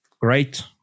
great